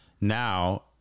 now